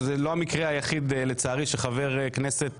עד שחבר כנסת